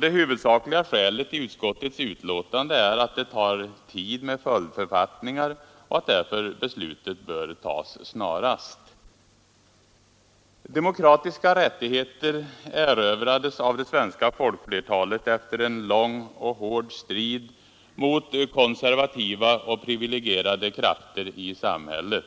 Det huvudsakliga skälet i utskottets betänkande är att det tar tid med följdförfattningar och att beslutet därför bör tas snarast. Demokratiska rättigheter erövrades av det svenska folkflertalet efter en lång och hård strid mot konservativa och privilegierade krafter i samhället.